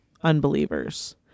unbelievers